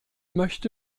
möchte